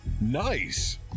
Nice